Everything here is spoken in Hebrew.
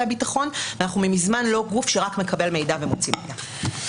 הביטחון ואנחנו מזמן לא גוף שרק מקבל מידע ומוציא מידע.